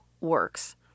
works